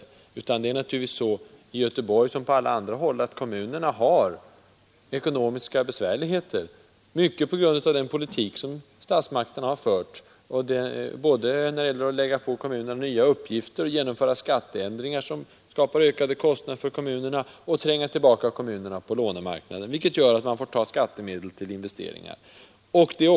I stället är det naturligtvis så, i Göteborg som på alla andra håll, att kommunerna har ekonomiska besvärligheter — mycket på grund av den politik som statsmakterna fört, när det gäller såväl att lägga på kommunerna nya uppgifter och att genomföra skatteändringar, som skapar ökade kostnader för kommunerna, som att tränga tillbaka kommunerna på lånemarknaden, Det gör att man får ta skattemedel till investeringar.